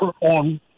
on